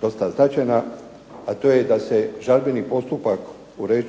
dosta značajna a to je da se žalbeni postupak